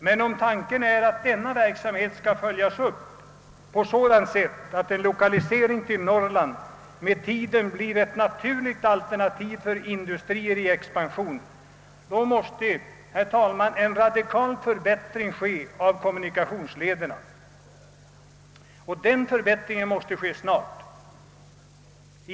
Men om tanken är, att denna verksamhet skall följas upp på sådant sätt att en lokalisering till Norrland med tiden blir ett naturligt alternativ för industrier i expansion måste, herr talman, en radikal förbättring ske av kommunikationslederna. Och denna förbättring måste ske snart.